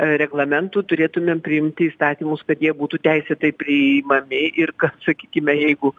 reglamentų turėtumėm priimti įstatymus kad jie būtų teisėtai priimami ir kad sakykime jeigu